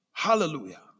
Hallelujah